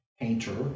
painter